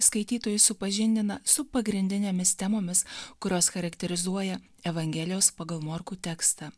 skaitytojus supažindina su pagrindinėmis temomis kurios charakterizuoja evangelijos pagal morkų tekstą